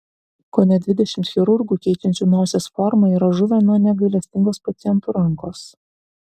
kone dvidešimt chirurgų keičiančių nosies formą yra žuvę nuo negailestingos pacientų rankos